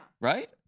Right